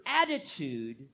attitude